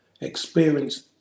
experience